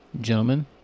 Gentlemen